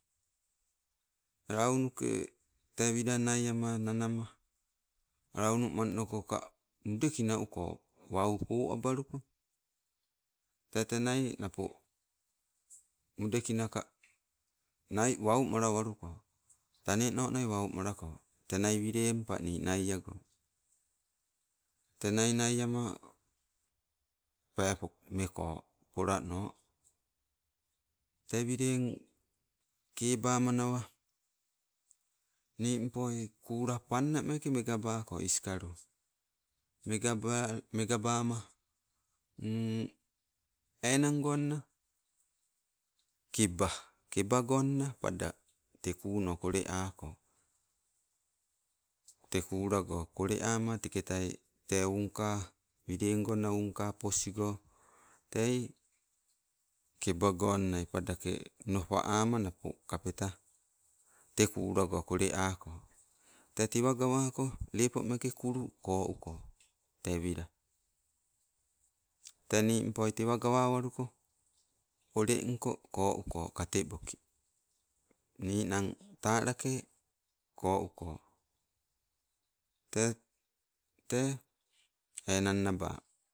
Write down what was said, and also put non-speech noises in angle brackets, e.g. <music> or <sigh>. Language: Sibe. Launuke tee wila naiama nanama, launumanokoka mudekina uko, wau po abaluko. Tete nai napo, onudekinaka nai wamalawaluko, tanenonai wau malako, tena wileng pani nai ago. Tena nai ama peepo meko, polano. Tee wileng keba manawa, nimpoi kula panna meke megabako iskalo, mega ba- mega bama <hesitation> enang gonna keba, kebagonna pada tee kenno koleako. Tee kulago koleama teketai, tee ungkaa wileng gonna ungkaa posgo tei keba gonnai padake nopa ama napo kapeta te kulago koleako. Tee tewa gawako lepo meke kulu kouko tee wila tee nimpoi tewa gawawaluko, olengko ko uko kateboki. Ninang talake ko uko, tete enang naba